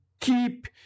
keep